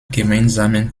gemeinsamen